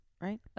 Right